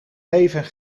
leven